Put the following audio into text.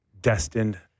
destined